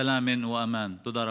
שלום וביטחון.) תודה רבה.